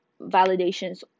Validations